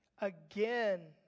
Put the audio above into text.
again